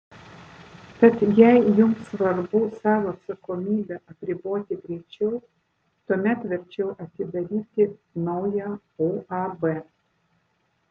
tad jei jums svarbu savo atsakomybę apriboti greičiau tuomet verčiau atidaryti naują uab